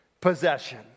possession